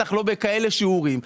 בטח לא בכאלה שיעורים.